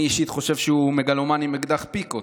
אני אישית חושב שהוא מגלומן עם אקדח פיקות,